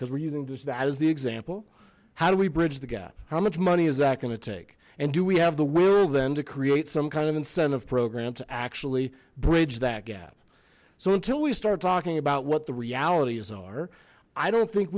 because we're using just that is the example how do we bridge the gap how much money is that going to take and do we have the will then to create some kind of incentive program to actually bridge that gap so until we start talking about what the realities are i don't think